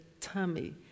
tummy